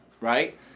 right